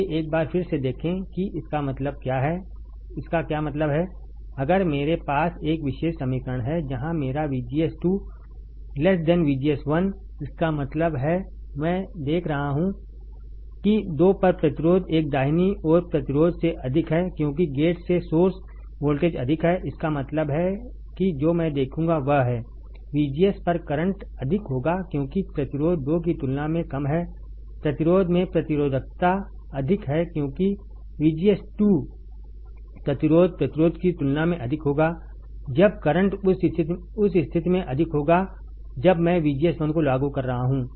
आइए एक बार फिर से देखें कि इसका क्या मतलब है अगर मेरे पास यह विशेष समीकरण है जहां मेरा VGS2 VGS1 इसका मतलब है मैं देख रहा हूं कि 2 पर प्रतिरोध एक दाहिनी ओर प्रतिरोध से अधिक है क्योंकि गेट से सोर्स वोल्टेज अधिक है इसका मतलब है कि मैं जो देखूंगा वह है VGS1 पर करंट अधिक होगा क्योंकि प्रतिरोध 2 की तुलना में कम है प्रतिरोध में प्रतिरोधकता अधिक है क्योंकि VGS2 प्रतिरोध प्रतिरोध की तुलना में अधिक होगा जब करंट उस स्थिति में अधिक होगा जब मैं VGS1 को लागू कर रहा हूं